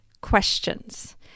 questions